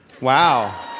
Wow